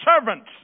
servants